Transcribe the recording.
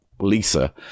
lisa